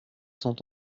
sont